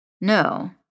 No